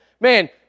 man